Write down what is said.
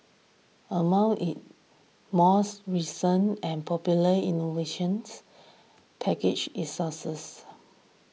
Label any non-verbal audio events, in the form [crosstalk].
among it [unintelligible] recent and popular innovations packaged its sauces